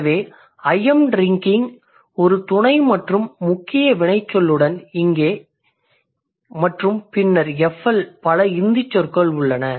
எனவே I am drinking ஒரு துணை மற்றும் முக்கிய வினைச்சொல்லுடன் இங்கே FL மற்றும் பின்னர் FL பல இந்தி சொற்கள் உள்ளன